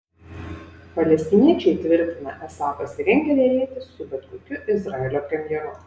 palestiniečiai tvirtina esą pasirengę derėtis su bet kokiu izraelio premjeru